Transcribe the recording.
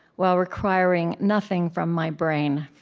while requiring nothing from my brain.